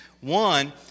One